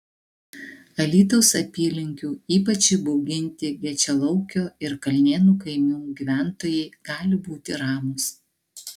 alytaus apylinkių ypač įbauginti gečialaukio ir kalnėnų kaimų gyventojai gali būti ramūs